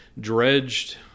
dredged